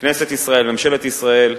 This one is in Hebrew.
כנסת ישראל, ממשלת ישראל,